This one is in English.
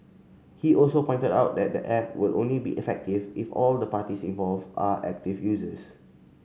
he also pointed out that the app will only be effective if all the parties involve are active users